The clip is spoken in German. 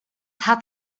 hat